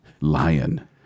lion